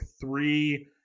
three